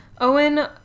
Owen